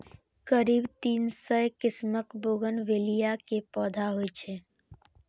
करीब तीन सय किस्मक बोगनवेलिया के पौधा होइ छै